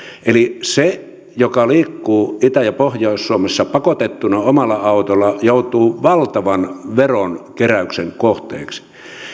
eli se joka liikkuu itä ja pohjois suomessa pakotettuna omalla autolla joutuu valtavan veronkeräyksen kohteeksi